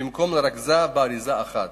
במקום שתרוכז באריזה אחת,